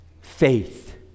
faith